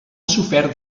sofert